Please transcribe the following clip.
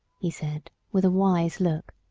he said, with a wise look,